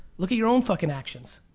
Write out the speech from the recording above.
look at your own fucking actions.